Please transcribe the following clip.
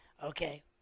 Okay